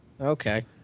Okay